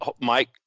Mike